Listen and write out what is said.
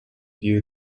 view